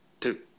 Two